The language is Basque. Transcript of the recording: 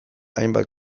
hainbat